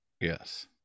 Yes